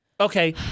Okay